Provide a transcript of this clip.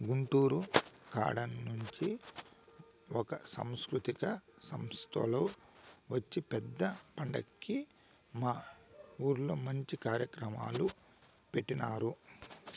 గుంటూరు కాడ నుంచి ఒక సాంస్కృతిక సంస్తోల్లు వచ్చి పెద్ద పండక్కి మా ఊర్లో మంచి కార్యక్రమాలు పెట్టినారు